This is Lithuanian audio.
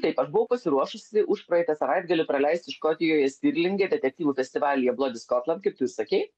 taip pat buvau pasiruošusi užpraeitą savaitgalį praleisti škotijoje stirlinge detektyvų festivalyje blody skotland kaip tu sakei